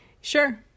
Sure